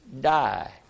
die